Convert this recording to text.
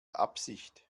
absicht